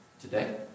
today